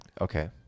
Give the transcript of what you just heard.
Okay